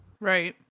right